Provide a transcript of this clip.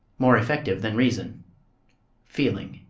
more effective than reason feeling.